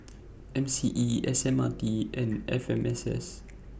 M C E S M R T and F M S S